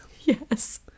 Yes